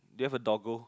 they have a Dogo